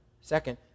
Second